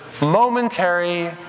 momentary